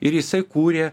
ir jisai kūrė